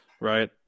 right